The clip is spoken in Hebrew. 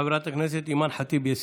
חברת הכנסת אימאן ח'טיב יאסין,